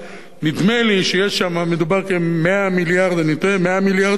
נדמה לי שמדובר ב-100 מיליארד שקלים?